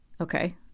okay